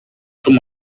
schon